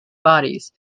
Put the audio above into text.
bodies